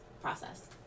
process